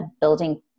building